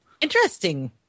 interesting